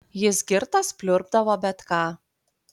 jis girtas pliurpdavo bet ką